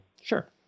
sure